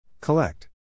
Collect